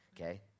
okay